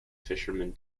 fishermen